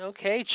Okay